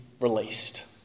released